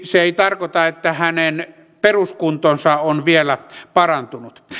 se ei tarkoita että hänen peruskuntonsa on vielä parantunut